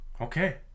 Okay